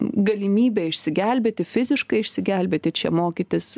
galimybė išsigelbėti fiziškai išsigelbėti čia mokytis